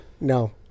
No